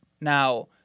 Now